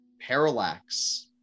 parallax